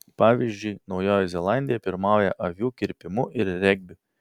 pavyzdžiui naujoji zelandija pirmauja avių kirpimu ir regbiu